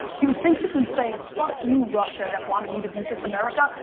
he was basically saying fuck you russia that wanted me to beat this america,